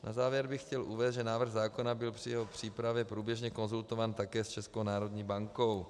Na závěr bych chtěl uvést, že návrh zákona byl při jeho přípravě průběžně konzultován také s Českou národní bankou.